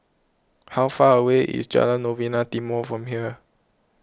how far away is Jalan Novena Timor from here